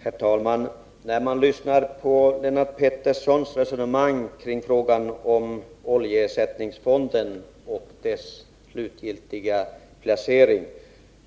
Herr talman! När man lyssnar på Lennart Petterssons resonemang om oljeersättningsfonden och dess slutgiltiga placering,